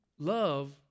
Love